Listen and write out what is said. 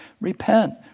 Repent